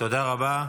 תודה רבה.